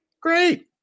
Great